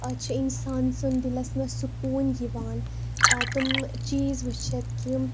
اتھ چھُ اِنسان سُنٛد دِلس منٛز سکوٗن یِوان آ تِم چیٖز وٕچھِتھ یِم